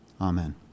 Amen